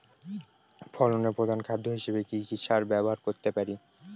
ফসলের প্রধান খাদ্য হিসেবে কি কি সার ব্যবহার করতে পারি?